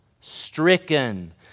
stricken